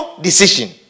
decision